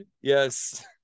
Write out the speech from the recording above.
yes